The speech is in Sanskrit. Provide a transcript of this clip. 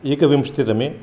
एकविंशतितमे